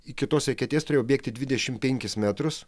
iki tos eketės turėjau bėgti dvidešimt penkis metrus